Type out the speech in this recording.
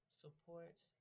supports